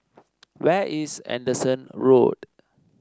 where is Anderson Road